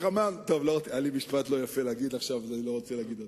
היה לי משפט לא יפה להגיד עכשיו ואני לא רוצה להגיד אותו,